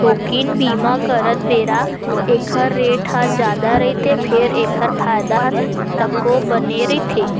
थोकिन बीमा करत बेरा ऐखर रेट ह जादा रहिथे फेर एखर फायदा ह तको बने रहिथे